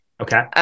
Okay